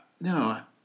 no